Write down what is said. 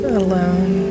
alone